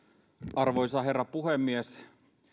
arvoisa herra puhemies